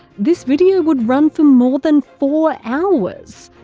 this video would run for more than four hours.